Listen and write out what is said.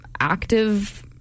active